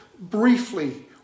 briefly